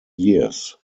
years